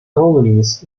colonists